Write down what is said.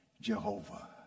Jehovah